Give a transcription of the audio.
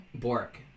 Bork